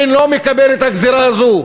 אינו מקבל את הגזירה הזאת.